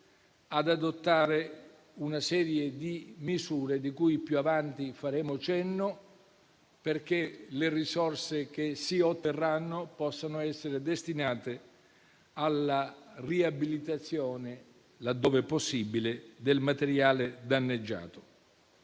ad adottare una serie di misure - di cui più avanti faremo cenno - perché le risorse che si otterranno possano essere destinate alla riabilitazione, laddove possibile, del materiale danneggiato.